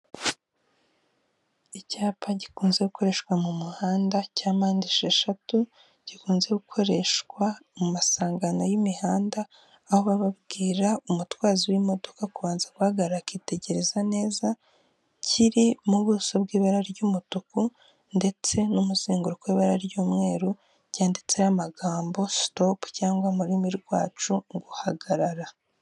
Icyapa gikunze gukoreshwa mu muhanda cya mpande esheshatu gikunze gukoreshwa mu masangano y'imihanda aho baba babwira umutwazo w'imodoka kubanza guhagarara akitegereza neza, kiri mu buso bw'ibara ry'umutuku ndetse n'umuzenguru w'ira ry'umweru ryanditseho amagambo sitopu cyangwa mu rurimi rwacu guhagarara.